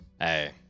Hey